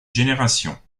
générations